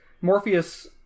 Morpheus